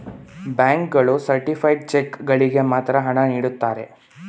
bank ಗಳು certified cheque ಗಳಿಗೆ ಮಾತ್ರ ಹಣ ನೀಡುತ್ತಾರೆ